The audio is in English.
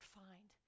find